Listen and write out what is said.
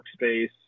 workspace